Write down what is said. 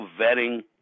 vetting